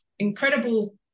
Incredible